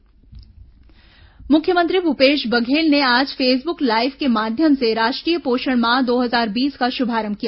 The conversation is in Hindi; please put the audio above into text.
पोषण माह शुभारंभ मुख्यमंत्री भूपेश बघेल ने आज फेसबुक लाईव के माध्यम से राष्ट्रीय पोषण माह दो हजार बीस का शुभारंभ किया